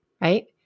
right